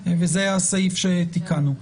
זה הסעיף שתיקנו.